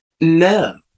no